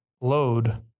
load